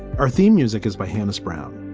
our theme music is by hannah brown.